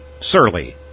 surly